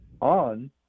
on